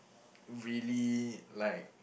really like